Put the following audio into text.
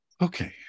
Okay